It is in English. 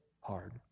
hard